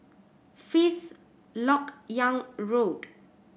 Fifth Lok Yang Road